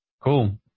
Cool